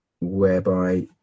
Whereby